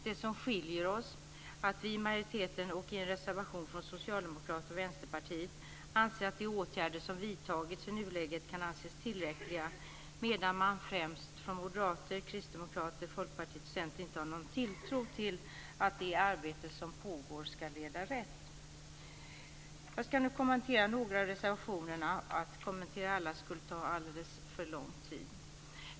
Det som skiljer oss är att vi i majoriteten och i en reservation från Socialdemokraterna och Vänsterpartiet anser att de åtgärder som vidtagits i nuläget kan anses tillräckliga, medan man främst från Moderaterna, Kristdemokraterna, Folkpartiet och Centern inte har någon tilltro att det arbete som pågår ska leda rätt. Jag ska nu kommentera några av reservationerna. Att kommentera alla skulle ta alldeles för lång tid.